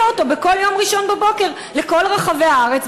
אותו בכל יום ראשון בבוקר לכל רחבי הארץ,